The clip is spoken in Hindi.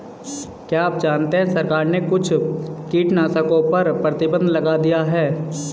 क्या आप जानते है सरकार ने कुछ कीटनाशकों पर प्रतिबंध लगा दिया है?